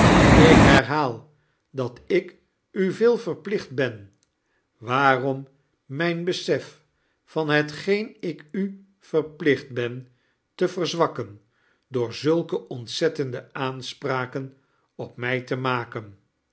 ik herhaal dat ik u veel verplicht ben waarom mijn besef van hetgeen ik u verplicht ben te verzwakken door zulke ontzettende aanspraken op mij te maken